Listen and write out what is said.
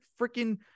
freaking